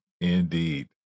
indeed